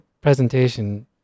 presentation